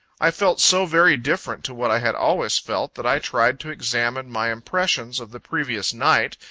i felt so very different to what i had always felt, that i tried to examine my impressions of the previous night,